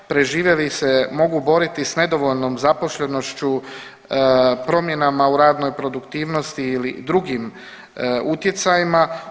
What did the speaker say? Preživjeli se mogu boriti sa nedovoljnom zaposlenošću, promjenama u radnoj produktivnosti ili drugim utjecajima.